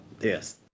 yes